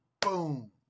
boom